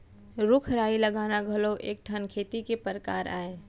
रूख राई लगाना घलौ ह एक ठन खेती के परकार अय